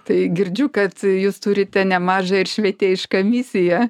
tai girdžiu kad jūs turite nemažą ir švietėjišką misiją